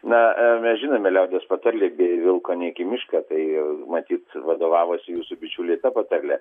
na mes žinome liaudies patarlę jei bijai vilko neik į mišką tai matyt vadovavosi jūsų bičiuliai ta patarle